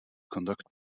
conduct